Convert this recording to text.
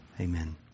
Amen